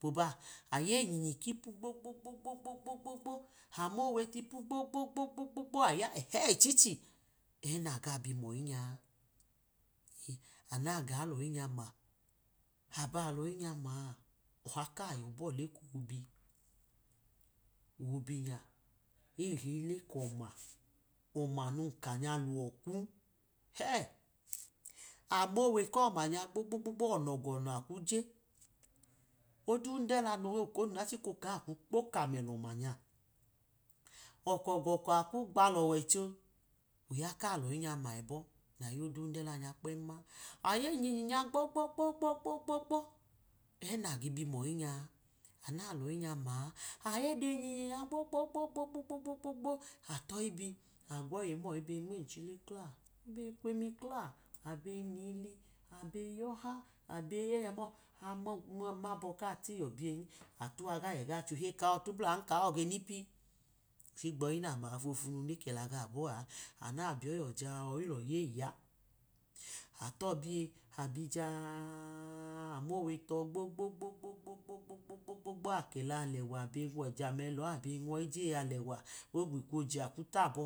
Po bə ayeyinyinyi kipu gbogbogbogbo, amowe tipu gbogbogbogbo, aya ẹhẹ ichichẹ nakage moyi nya, aba loyi nyi ma, ọha ka yọbọ leko bi, obi nya, eyi hiye le kọma, ọma num kanya luwọ kwu ẹhe! Amowe koma nya gbogbogbo ọnọ glọnọ akwuje, odundẹla nmokonu ẹna chika oka akwu kpoka inlọma nya lọyi nya ma ẹbọ, ayi yodundela nya kpem, ayyinyinyi nya gbogbogbogbo ẹ na ge bi moyi nya, anu na loyi nya ma age biyeyinyinyi nya gbogbogbogbo atoyi bi gwọyi ye oje be nminchele klo, obe kwemi kla, abe nili, abe yọha, abe yenya mọ, mọ, mabọ kacheji wayi yẹ ekawọ tublan kawọ ge nipi, higbo o̱yi nama a fofumu nekela gaọ, bọa, anu na biyoyi yọ ja, oyi lọya eyi ya, ayobiye abi jaaa, amowe tọ gbogbogbogbo, akela alewa abe jame lọ abe noẉ iyeyi alẹwa, ogbikwu oji akwọwu tabọ.